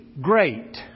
great